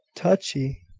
touchy!